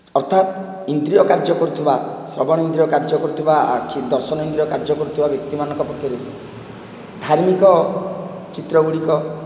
ଅର୍ଥାତ ଇନ୍ଦ୍ରିୟ କାର୍ଯ୍ୟକରୁଥିବା ଶ୍ରବଣ ଇନ୍ଦ୍ରିୟ କାର୍ଯ୍ୟକରୁଥିବା ଆଖି ଦର୍ଶନ ଇଦ୍ରିୟ କାର୍ଯ୍ୟକରୁଥିବା ବ୍ୟକ୍ତି ମାନଙ୍କ ପକ୍ଷରେ ଧାର୍ମିକ ଚିତ୍ର ଗୁଡ଼ିକ